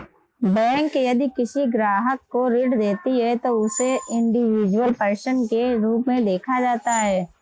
bank यदि किसी ग्राहक को ऋण देती है तो उसे इंडिविजुअल पर्सन के रूप में देखा जाता है